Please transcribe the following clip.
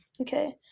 Okay